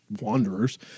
wanderers